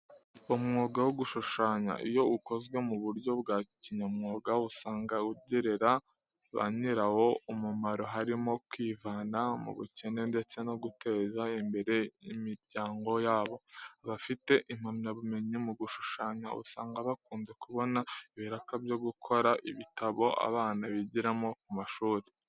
Umwuga wo gushushanya iyo ukozwe mu buryo bwa kinyamwuga usanga ugirira ba nyirawo umumaro, harimo kwivana mu bukene ndetse no guteza imbere imiryango yabo. Abafite impamyabumenyi mu gushushanya, usanga bakunze kubona ibiraka byo gukora ibitabo abana bigiramo ku mashuri.